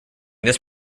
this